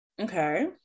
okay